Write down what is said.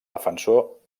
defensor